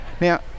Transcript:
Now